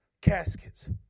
caskets